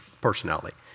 personality